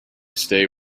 state